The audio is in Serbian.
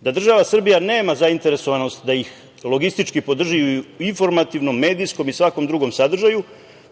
da država Srbija nema zainteresovanost da ih logistički podrži u informativnom, medijskom i svakom drugom sadržaju,